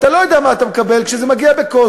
אתה לא יודע מה אתה מקבל כשזה מגיע בכוס.